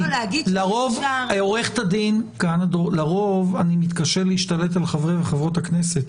לרוב אני מתקשה להשתלט על חברות וחברי הכנסת,